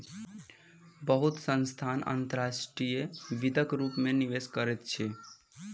बहुत संस्थान अंतर्राष्ट्रीय वित्तक रूप में निवेश करैत अछि